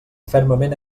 fermament